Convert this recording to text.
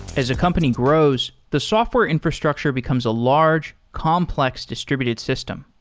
as a company grows, the software infrastructure becomes a large complex distributed system.